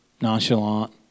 nonchalant